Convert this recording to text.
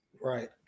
right